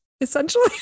essentially